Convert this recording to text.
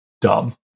dumb